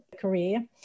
career